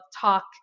talk